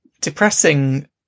depressing